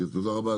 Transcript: תודה רבה,